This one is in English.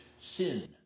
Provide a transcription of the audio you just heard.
sin